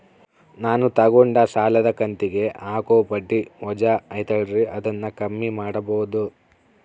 ನಾನು ತಗೊಂಡ ಸಾಲದ ಕಂತಿಗೆ ಹಾಕೋ ಬಡ್ಡಿ ವಜಾ ಐತಲ್ರಿ ಅದನ್ನ ಕಮ್ಮಿ ಮಾಡಕೋಬಹುದಾ?